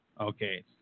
Okay